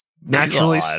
naturally